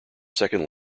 second